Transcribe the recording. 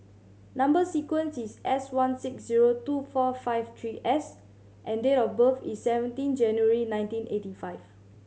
number sequence is S one six zero two four five three S and date of birth is seventeen January nineteen eighty five